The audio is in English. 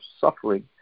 suffering